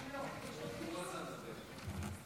אני מזמין את יושב-ראש ועדת הפנים והגנת הסביבה חבר הכנסת